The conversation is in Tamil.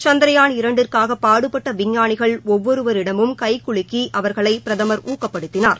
சந்த்ரயான் இரண்டிற்காக பாடுபட்ட விஞ்ஞானிகள் ஒவ்வொருவரிடமும் கைக்குலுக்கி அவர்களை பிரதமர் ஊக்கப்படுத்தினார்